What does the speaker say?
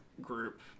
group